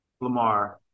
Lamar